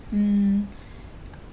mm